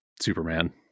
Superman